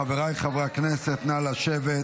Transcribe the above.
חבריי חברי הכנסת, נא לשבת.